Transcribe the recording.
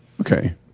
okay